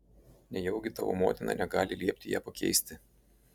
nejaugi tavo motina negali liepti ją pakeisti